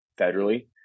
federally